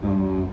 um